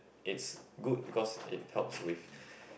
it's good because it helps with